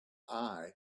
eye